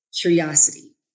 curiosity